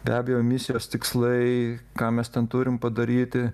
be abejo misijos tikslai ką mes ten turim padaryti